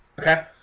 Okay